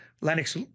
Lennox